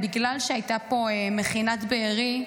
בגלל שהייתה פה מכינת בארי,